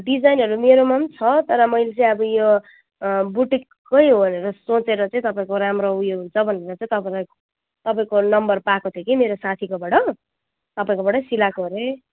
डिजाइनहरू मेरोमा पनि छ तर मैले चाहिँ अब यो बुटिककै हो भनेर सोचेर चाहिँ तपाईँको राम्रो उयो हुन्छ भनेर चाहिँ तपाईँलाई तपाईँको नम्बर पाएको थिएँ कि मेरो साथीकोबाट तपाईँकोबाटै सिलाएको हरे